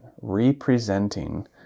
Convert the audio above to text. representing